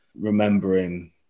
remembering